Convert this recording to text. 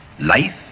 life